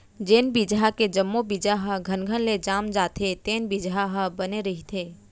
जेन बिजहा के जम्मो बीजा ह घनघन ले जाम जाथे तेन बिजहा ह बने रहिथे